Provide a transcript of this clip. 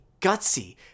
gutsy